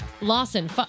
Lawson